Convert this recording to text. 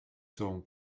seront